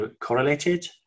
correlated